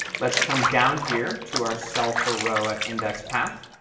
let's come down here to our cell for row at index path,